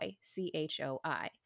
C-H-O-I